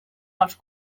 els